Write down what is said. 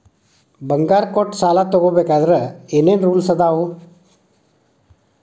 ಬಂಗಾರ ಕೊಟ್ಟ ಸಾಲ ತಗೋಬೇಕಾದ್ರೆ ಏನ್ ಏನ್ ರೂಲ್ಸ್ ಅದಾವು?